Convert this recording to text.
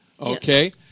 okay